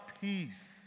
peace